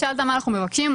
שאלת מה אנחנו מבקשים.